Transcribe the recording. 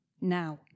Now